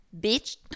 bitch